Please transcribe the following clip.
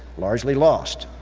largely lost.